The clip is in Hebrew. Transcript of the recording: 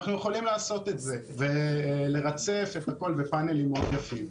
אנחנו יכולים לעשות את זה ולרצף את הכול בפאנלים מאוד יפים.